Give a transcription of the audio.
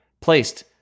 placed